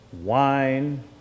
wine